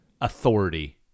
authority